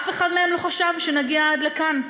אף אחד מהם לא חשב שנגיע עד כאן,